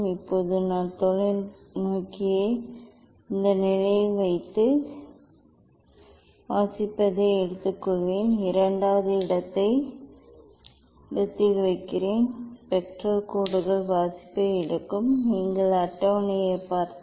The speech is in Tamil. இப்போது நான் தொலைநோக்கியை இந்த நிலையில் வைத்து வாசிப்பை எடுத்துக்கொள்வேன் இரண்டாவது இடத்தை இரண்டாவது இடத்தில் வைக்கிறேன் ஸ்பெக்ட்ரல் கோடுகள் வாசிப்பை எடுக்கும் நீங்கள் அட்டவணையைப் பார்த்தால்